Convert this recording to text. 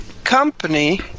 Company